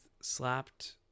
slapped